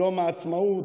יום העצמאות.